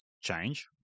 change